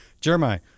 Jeremiah